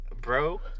Bro